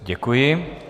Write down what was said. Děkuji.